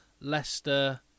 Leicester